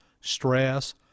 stress